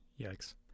Yikes